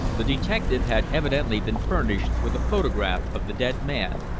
the detective had evidently been furnished with a photograph of the dead man,